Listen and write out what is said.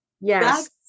Yes